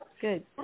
good